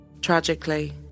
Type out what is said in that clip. Tragically